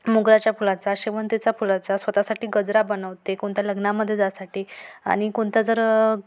मोगऱ्याच्या फुलाचा शेवंतीचा फुलाचा स्वतःसाठी गजरा बनवते कोणत्या लग्नामध्ये जासाठी आणि कोणता जर